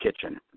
kitchen